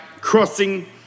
crossing